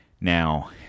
Now